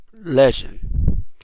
legend